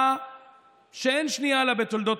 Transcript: לפחות שיקדם את הצעת החוק.